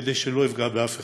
כדי שלא אפגע באף אחד,